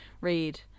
read